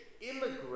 immigrants